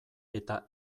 eta